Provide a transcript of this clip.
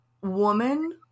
woman